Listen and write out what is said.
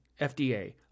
FDA